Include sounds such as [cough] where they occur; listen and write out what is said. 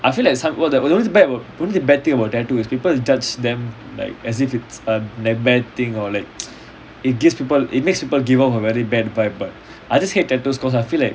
I feel like some what the what the only bad only bad thing about tattoo is people judge them like as if it's a like bad thing or like [noise] it gives people it makes people give off a very bad vibe but I just hate tattoo causes I feel like